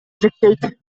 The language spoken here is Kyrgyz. жетектейт